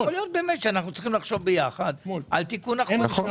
יכול להיות שאנחנו צריכים לחשוב יחד על תיקון החוק.